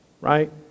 right